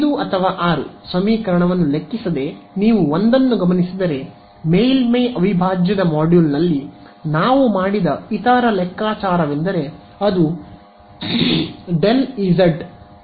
5 ಅಥವಾ 6 ಸಮೀಕರಣವನ್ನು ಲೆಕ್ಕಿಸದೆ ನೀವು ಒಂದನ್ನು ಗಮನಿಸಿದರೆ ಮೇಲ್ಮೈ ಅವಿಭಾಜ್ಯದ ಮಾಡ್ಯೂಲ್ನಲ್ಲಿ ನಾವು ಮಾಡಿದ ಇತರ ಲೆಕ್ಕಾಚಾರವೆಂದರೆ ಇದು ∇Ez n